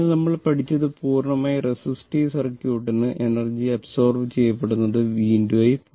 അതിനാൽ നമ്മൾ പഠിച്ചത് പൂർണ്ണമായും റെസിസ്റ്റീവ് സർക്യൂട്ടിന് എനർജി അബ്സോർബ് ചെയ്യപ്പെടുന്നത് v I